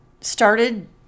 started